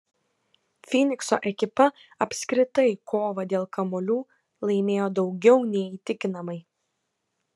fynikso ekipa apskritai kovą dėl kamuolių laimėjo daugiau nei įtikinamai